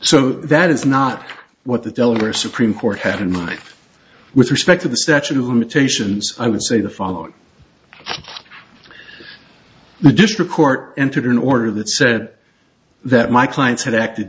so that is not what the teller supreme court had in mind with respect to the statute of limitations i would say the following additional court entered an order that said that my clients had acted